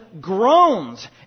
groans